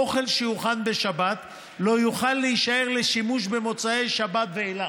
אוכל שיוכן בשבת לא יוכל להישאר לשימוש במוצאי השבת ואילך.